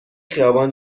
خیابان